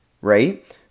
right